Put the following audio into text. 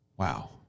Wow